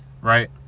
Right